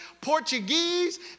Portuguese